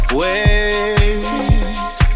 wait